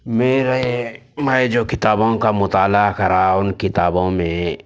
میرے میں جو کتابوں کا مطالعہ کرا ان کتابوں میں